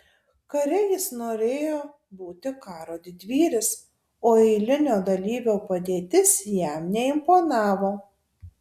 kare jis norėjo būti karo didvyris o eilinio dalyvio padėtis jam neimponavo